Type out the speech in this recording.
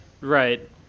right